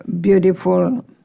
beautiful